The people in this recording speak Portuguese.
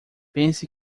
pense